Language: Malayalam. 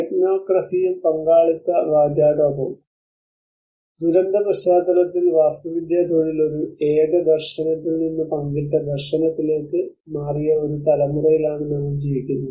ടെക്നോക്രസിയും പങ്കാളിത്ത വാചാടോപവും ദുരന്ത പശ്ചാത്തലത്തിൽ വാസ്തുവിദ്യാ തൊഴിൽ ഒരു ഏക ദർശനത്തിൽ നിന്ന് പങ്കിട്ട ദർശനത്തിലേക്ക് മാറിയ ഒരു തലമുറയിലാണ് നമ്മൾ ജീവിക്കുന്നത്